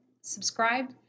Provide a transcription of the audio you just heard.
subscribe